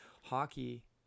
hockey